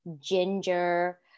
ginger